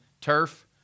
turf